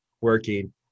working